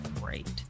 great